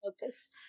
focus